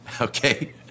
Okay